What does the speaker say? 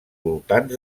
voltants